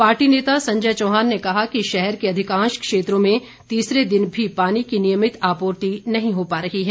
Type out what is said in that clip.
party नेता संजय चौहान ने कहा कि शहर के अधिकांश क्षेत्रों में तीसरे दिन भी पानी की नियमित आपूर्ति नहीं हो पा रही है